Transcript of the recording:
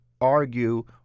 argue